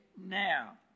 now